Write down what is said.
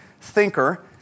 thinker